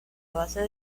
base